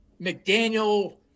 McDaniel